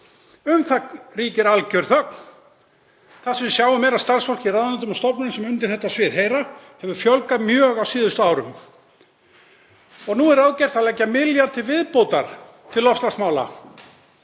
Um það ríkir algjör þögn. Það sem við sjáum er að starfsfólki í ráðuneytum og stofnunum sem undir þetta svið heyra hefur fjölgað mjög á síðustu árum. Nú er ráðgert að leggja milljarð til viðbótar til loftslagsmála.